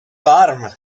varm